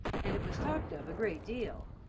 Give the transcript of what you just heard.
and it was talked of a great deal.